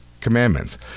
commandments